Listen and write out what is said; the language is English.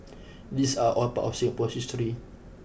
these are all part of Singapore's history